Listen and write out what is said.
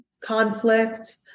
conflict